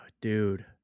dude